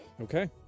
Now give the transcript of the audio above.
Okay